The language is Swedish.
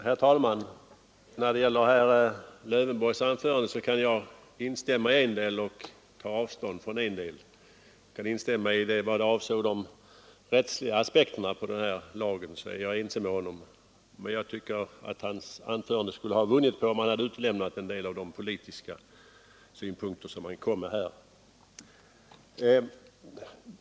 Herr talman! När det gäller herr Lövenborgs anförande kan jag instämma i en del och ta avstånd från en del. Jag är ense med honom beträffande de rättsliga aspekterna på denna lag. Men jag tycker att hans anförande skulle ha vunnit om han hade utelämnat en del av de politiska synpunkter som han här anförde.